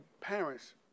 parents